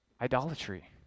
idolatry